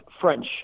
French